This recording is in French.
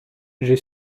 j’ai